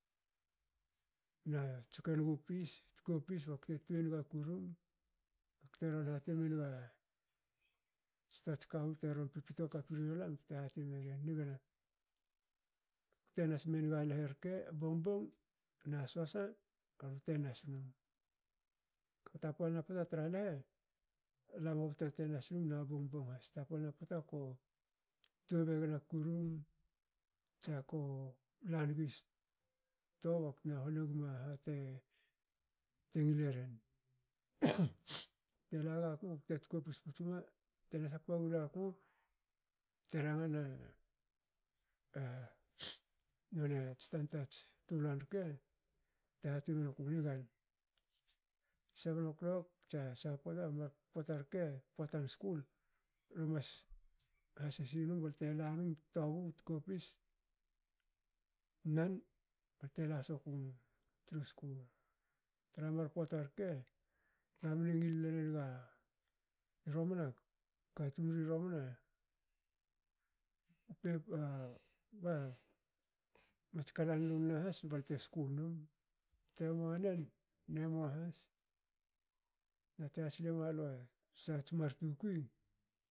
na tsoke nugu pis tkopis bakte tuei naga kurum bakte ranga hati menga tsoats kawu te ron pipito kapin yolam bte hati megen nigana. kute nas menga lehe rke bongbong na sohsa alte nas num. tapalna pota tra lehe alam hobto tenas num na bongbong has- tapalna pota ko tuei begen a kurum tsa ko lanigi sto baktna luegma hate te ngileren telagaku bte tkopis puts gme tenas hakpa gulaku. te ranga na noniats tantats tuluan rke. bte hati menuku,"nigan seven o'clock tsa sha pota mar pota rke potan skul lemas hasisi num balte lanum tobu. tkopis. nan btela soku num tru skul. Tramar pota rke. gamne ngil lolenaga i romana. katun ri romana ba mats kalan lun nahas balte skul num temoanin emua has- nate yat sile malua shats mar tukui